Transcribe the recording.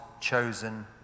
chosen